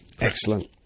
excellent